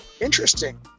Interesting